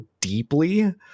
deeply